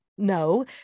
No